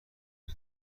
طول